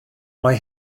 mae